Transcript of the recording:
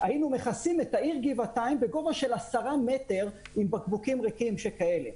היינו מכסים את העיר גבעתיים בגובה של 10 מטרים עם בקבוקים ריקים שכאלה.